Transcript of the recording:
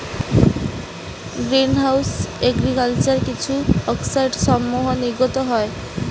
green house agriculture কিছু অক্সাইডসমূহ নির্গত হয়